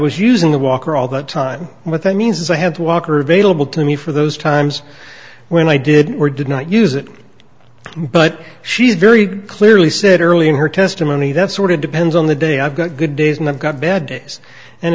was using the walker all the time and what that means is i have to walk or available to me for those times when i did or did not use it but she's very clearly said early in her testimony that sort of depends on the day i've got good days and i've got bad days and